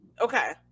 okay